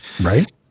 right